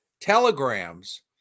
telegrams